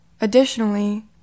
Additionally